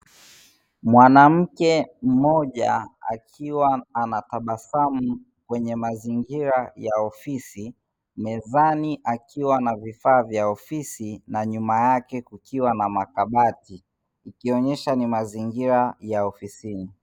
Mwanamke mmoja akiwa anatabasamu kwenye mazingira ya ofisi, mezani akiwa na vifaa vya ofisi na nyuma yake kukiwa na makabati, ikionyesha ni mazingira ya ofisini.